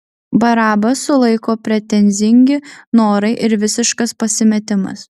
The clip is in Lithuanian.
barabą sulaiko pretenzingi norai ir visiškas pasimetimas